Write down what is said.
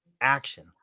action